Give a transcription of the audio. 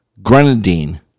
Grenadine